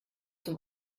zum